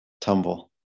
tumble